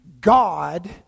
God